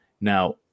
Now